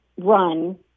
run